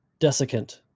desiccant